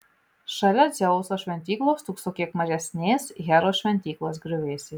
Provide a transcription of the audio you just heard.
šalia dzeuso šventyklos stūkso kiek mažesnės heros šventyklos griuvėsiai